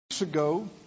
ago